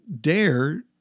dare